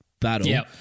battle